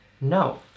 No